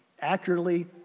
accurately